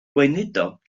gweinidog